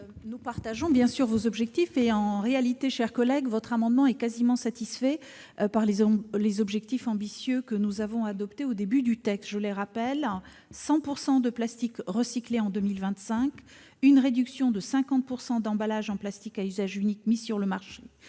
Nous partageons bien sûr vos objectifs. En réalité, cher collègue, votre amendement est quasiment satisfait par les objectifs ambitieux que nous avons adoptés au début du texte. Je les rappelle : 100 % des plastiques recyclés en 2025, une réduction de 50 % des emballages en plastique à usage unique mis sur le marché